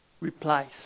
replies